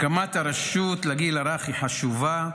הקמת הרשות לגיל הרך היא חשובה,